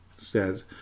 says